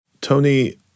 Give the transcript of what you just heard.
Tony